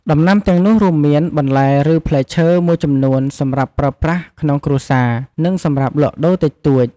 ដំណាំទាំងនោះរួមមាន បន្លែ ឬផ្លែឈើ មួយចំនួនសម្រាប់ប្រើប្រាស់ក្នុងគ្រួសារ និងសម្រាប់លក់ដូរតិចតួច។